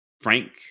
frank